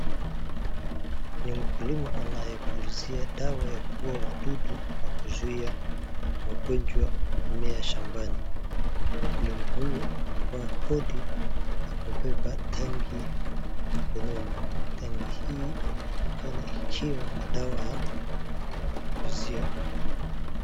Ni mkulima anayepulizia dawa ya kuua wadudu na kuzuia magonjwa ya mimea shambani, mkulima huyu amevaa koti na kubeba tangi maalum, tangi hii inaonekana ikiwa na dawa ya kupulizia.